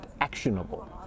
actionable